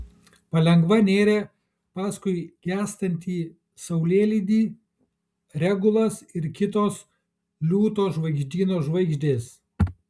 palengva nėrė paskui gęstantį saulėlydį regulas ir kitos liūto žvaigždyno žvaigždės